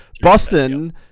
Boston